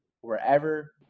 wherever